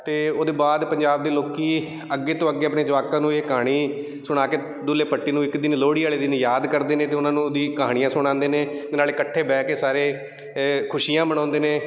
ਅਤੇ ਉਹਦੇ ਬਾਅਦ ਪੰਜਾਬ ਦੇ ਲੋਕ ਅੱਗੇ ਤੋਂ ਅੱਗੇ ਆਪਣੇ ਜਵਾਕਾਂ ਨੂੰ ਇਹ ਕਹਾਣੀ ਸੁਣਾ ਕੇ ਦੁੱਲੇ ਭੱਟੀ ਨੂੰ ਇੱਕ ਦਿਨ ਲੋਹੜੀ ਵਾਲੇ ਦਿਨ ਯਾਦ ਕਰਦੇ ਨੇ ਅਤੇ ਉਹਨਾਂ ਨੂੰ ਉਹਦੀਆਂ ਕਹਾਣੀਆਂ ਸੁਣਾਉਂਦੇ ਨੇ ਅਤੇ ਨਾਲੇ ਇਕੱਠੇ ਬਹਿ ਕੇ ਸਾਰੇ ਖੁਸ਼ੀਆਂ ਮਨਾਉਂਦੇ ਨੇ